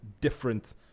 different